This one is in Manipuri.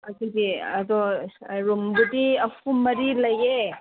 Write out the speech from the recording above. ꯑꯗꯨꯒꯤ ꯑꯗꯣ ꯔꯨꯝꯗꯨꯗꯤ ꯑꯍꯨꯝ ꯃꯔꯤ ꯂꯩꯌꯦ